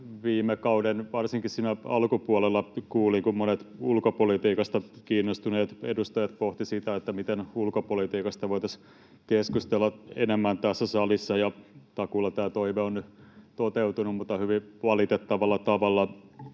Viime kaudella varsinkin alkupuolella kuulin, kun monet ulkopolitiikasta kiinnostuneet edustajat pohtivat sitä, miten ulkopolitiikasta voitaisiin keskustella enemmän tässä salissa, ja takuulla tämä toive on nyt toteutunut, mutta hyvin valitettavalla tavalla